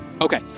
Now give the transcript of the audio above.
Okay